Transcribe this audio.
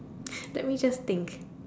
let me just think